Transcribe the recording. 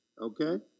Okay